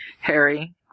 Harry